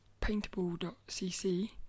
paintable.cc